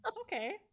Okay